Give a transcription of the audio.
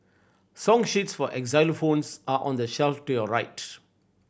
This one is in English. song sheets for xylophones are on the shelf to your right